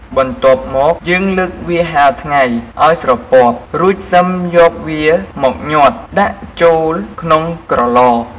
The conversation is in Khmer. បន្ទាប់មកយេីងលើកវាហាលថ្ងៃឱ្យស្រពាប់រួចសឹមយកវាមកញាត់ដាក់ចូលក្នុងក្រឡ។